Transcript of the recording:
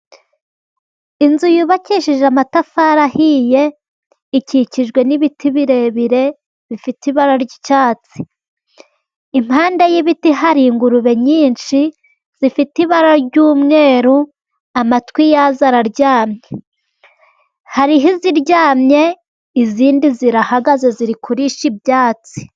Inzu yubakishije amatafari ahiye, ikikijwe n'ibiti birebire bifite ibara ry'icyatsi. Impande y'ibiti hari ingurube nyinshi zifite ibara ry'umweru, amatwi yazo araryamye. Hariho iziryamye, izindi zirahagaze ziri kurisha ibyatsi.